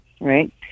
right